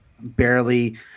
barely